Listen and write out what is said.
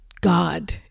God